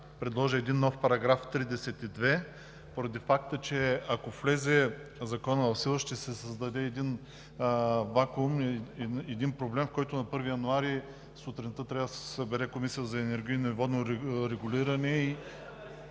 предложа един нов § 32, поради факта че, ако влезе Законът в сила, ще се създаде един вакуум, един проблем, при който на 1 януари сутринта трябва да се събере Комисията за енергийно и водно регулиране